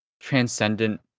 transcendent